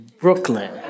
Brooklyn